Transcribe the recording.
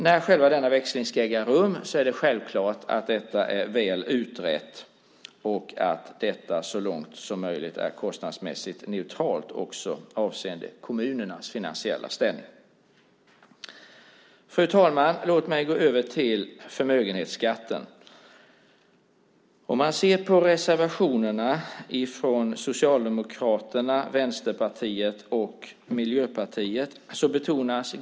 När själva denna växling ska äga rum är det självklart att detta är väl utrett och att detta så långt som möjligt är kostnadsmässigt neutralt också avseende kommunernas finansiella ställning. Fru talman! Låt mig gå över till förmögenhetsskatten. Man kan se på reservationerna från Socialdemokraterna, Vänsterpartiet och Miljöpartiet.